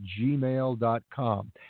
gmail.com